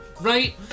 right